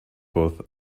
both